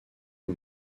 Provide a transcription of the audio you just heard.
aux